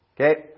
Okay